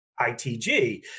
ITG